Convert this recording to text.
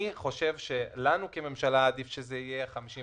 אני חושב שלנו כממשלה עדיף שזה יהיה 55,